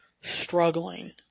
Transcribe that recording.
struggling